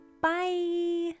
Bye